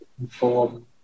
inform